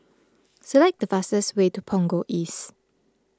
select the fastest way to Punggol East